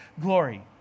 glory